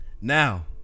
Now